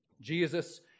Jesus